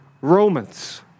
Romans